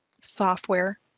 software